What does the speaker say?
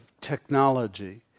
technology